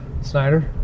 Snyder